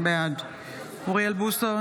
בעד אוריאל בוסו,